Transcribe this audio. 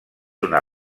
una